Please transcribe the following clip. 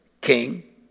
king